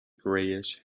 grayish